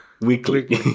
weekly